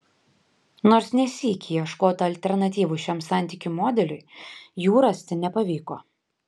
nors ne sykį ieškota alternatyvų šiam santykių modeliui jų rasti nepavyko